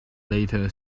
later